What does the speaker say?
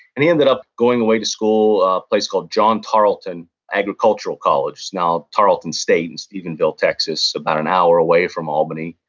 and he ended up going away to school, a place called john tarleton agricultural college. it's now tarleton state in stephenville, texas. it's about an hour away from albany,